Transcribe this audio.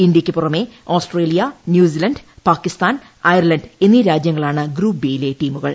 ഇന്ത്യക്ക് പുറമെ Australia New Zealand പാകൃസ്ഥാൻഐർലന്റ് എന്നീ രാജ്യങ്ങളാണ് ഗ്രൂപ്പ് ബി യിങ്ലൂ ട്ീമുകൾ